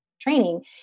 training